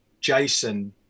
Jason